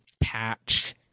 Patch